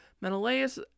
Menelaus